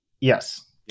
Yes